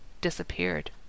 disappeared